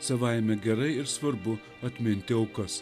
savaime gerai ir svarbu atminti aukas